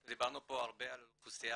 אנחנו דיברנו פה הרבה על אוכלוסייה